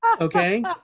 Okay